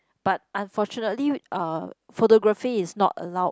but unfortunately uh photography is not allowed